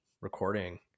recording